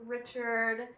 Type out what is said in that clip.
Richard